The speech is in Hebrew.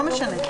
לא משנה,